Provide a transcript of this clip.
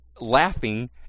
laughing